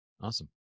Awesome